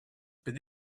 but